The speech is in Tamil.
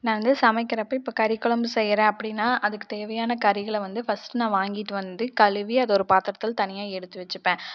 நான் வந்து சமைக்கிறப்போ இப்போ கறிக்குழம்பு செய்றேன் அப்படினா அதுக்குத் தேவையான கறிகளை வந்து ஃபர்ஸ்டு நான் வாங்கிட்டு வந்து கழுவி அதை ஒரு பாத்தரத்தில் தனியாக எடுத்து வச்சிப்பேன்